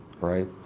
right